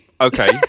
Okay